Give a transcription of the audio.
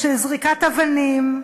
של זריקת אבנים,